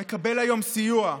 מקבל היום סיוע.